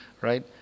right